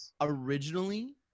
originally